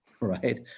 right